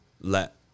let